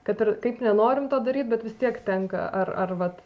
kad ir kaip nenorim to daryt bet vis tiek tenka ar ar vat